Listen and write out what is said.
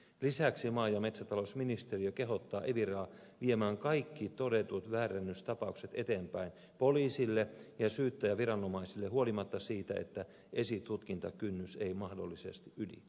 lisäksi maa ja metsätalousministeriö kehottaa eviraa viemään kaikki todetut väärennystapaukset eteenpäin poliisille ja syyttäjäviranomaisille huolimatta siitä että esitutkintakynnys ei mahdollisesti ylity